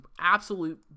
absolute